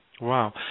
Wow